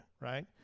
right